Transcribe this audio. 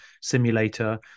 simulator